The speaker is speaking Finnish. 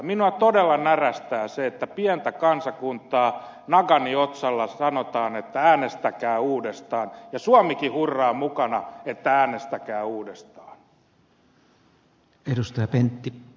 minua todella närästää se että pienelle kansakunnalle nagani otsalla sanotaan että äänestäkää uudestaan ja suomikin hurraa mukana että äänestäkää uudestaan